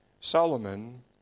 Solomon